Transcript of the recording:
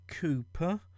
cooper